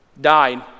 died